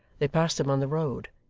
they passed them on the road,